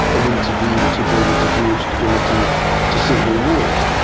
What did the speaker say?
and intervene to bring a degree of stability to civil wars.